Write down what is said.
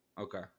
Okay